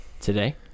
today